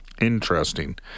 interesting